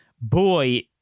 boy